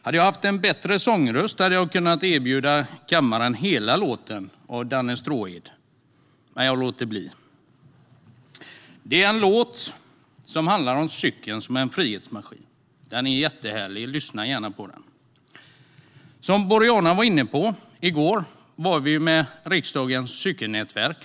Hade jag haft bättre sångröst hade jag kunnat erbjuda kammaren hela låten av Danne Stråhed, men jag låter bli. Det är en låt som handlar om cykeln som en frihetsmaskin. Den är jättehärlig - lyssna gärna på den! Som Boriana var inne på var vi i går ute och cyklade med riksdagens cykelnätverk.